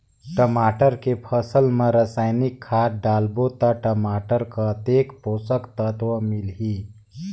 टमाटर के फसल मा रसायनिक खाद डालबो ता टमाटर कतेक पोषक तत्व मिलही?